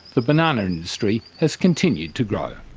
the banana industry has continued to grow.